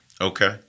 Okay